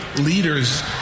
leaders